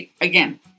again